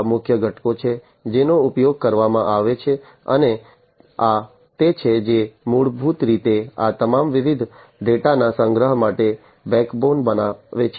આ મુખ્ય ઘટકો છે જેનો ઉપયોગ કરવામાં આવે છે અને આ તે છે જે મૂળભૂત રીતે આ તમામ વિવિધ ડેટાના સંગ્રહ માટે બેકબોન બનાવે છે